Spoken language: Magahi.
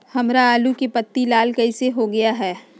हमारे आलू की पत्ती लाल कैसे हो गया है?